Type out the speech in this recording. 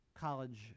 college